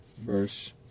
verse